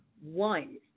one